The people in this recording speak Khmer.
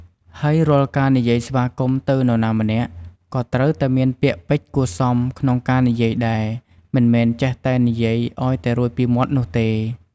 ហើយរាល់ការនិយាយស្វាគមន៍ទៅនរណាម្នាក់ ក៏ត្រូវតែមានពាក្យពេចន៍គួរសមក្នុងការនិយាយដែរមិនមែនចេះតែនិយាយអោយតែរួចពីមាត់នោះទេ។